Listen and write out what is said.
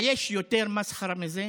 היש יותר מסחרה מזה?